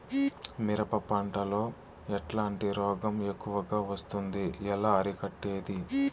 మిరప పంట లో ఎట్లాంటి రోగం ఎక్కువగా వస్తుంది? ఎలా అరికట్టేది?